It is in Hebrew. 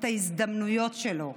את ההזדמנויות שלו.